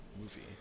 movie